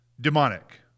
demonic